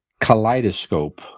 Kaleidoscope